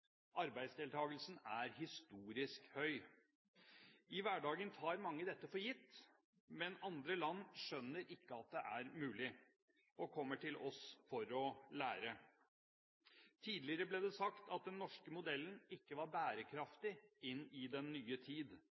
Arbeidsdeltakelsen er historisk høy. I hverdagen tar mange dette for gitt, men andre land skjønner ikke at det er mulig og kommer til oss for å lære. Tidligere ble det sagt at den norske modellen ikke var bærekraftig inn i den nye tid.